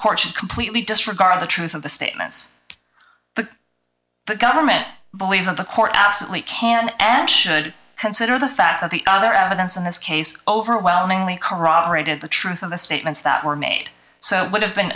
court should completely disregard the truth of the statements that the government believes and the court absolutely can and should consider the fact that the other evidence in this case overwhelmingly corroborated the truth of the statements that were made so it would have been